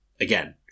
Again